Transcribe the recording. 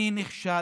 אני נכשלתי.